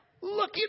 Look